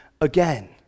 again